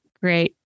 Great